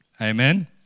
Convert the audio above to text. Amen